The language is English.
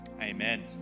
Amen